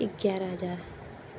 ग्यारह हज़ार